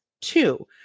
two